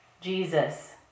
Jesus